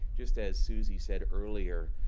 just as susie said earlier,